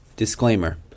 Disclaimer